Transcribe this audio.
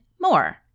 more